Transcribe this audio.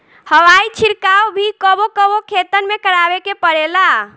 हवाई छिड़काव भी कबो कबो खेतन में करावे के पड़ेला